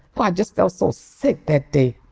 well, i just felt so sick that day.